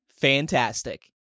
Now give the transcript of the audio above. fantastic